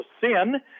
sin